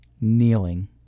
kneeling